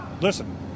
listen